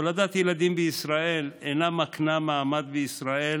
הולדת ילדים בישראל אינה מקנה מעמד בישראל,